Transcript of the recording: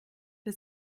wir